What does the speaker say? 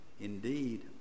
indeed